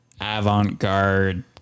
avant-garde